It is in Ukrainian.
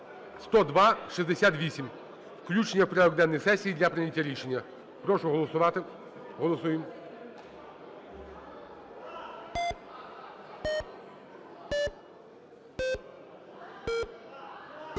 (10268). Включення в порядок денний сесії для прийняття рішення. Прошу голосувати, голосуємо.